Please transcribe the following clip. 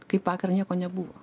kaip vakar nieko nebuvo